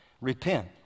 Repent